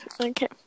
Okay